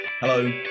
Hello